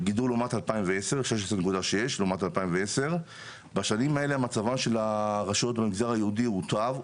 לעומת 2010. בשנים האלה מצבן של הרשויות במגזר היהודי הוטב,